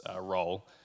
role